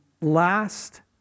last